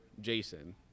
Jason